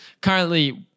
currently